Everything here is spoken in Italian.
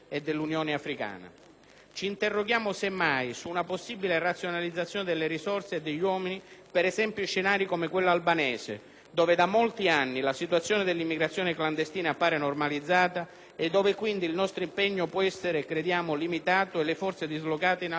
Ci interroghiamo semmai su una possibile razionalizzazione delle risorse e degli uomini, per esempio in scenari come quello albanese, dove da molti anni la situazione dell'immigrazione clandestina appare normalizzata e dove quindi il nostro impegno può essere, crediamo, limitato e le forze dislocate in altri luoghi più a rischio.